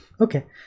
okay